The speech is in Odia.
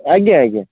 ଆଜ୍ଞା ଆଜ୍ଞା